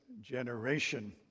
generation